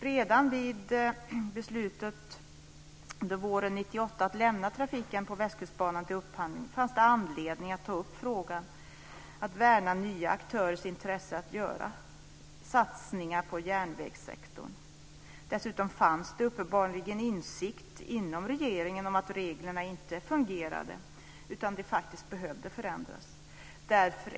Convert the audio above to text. Redan vid beslutet våren 1998 om att lämna trafiken på Västkustbanan till upphandling fanns det anledning att ta upp frågan om att värna nya aktörers intresse av att göra satsningar på järnvägssektorn. Dessutom fanns det uppenbarligen insikt inom regeringen om att reglerna inte fungerade utan faktiskt behövde förändras.